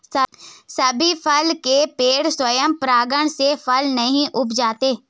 सभी फल के पेड़ स्वयं परागण से फल नहीं उपजाते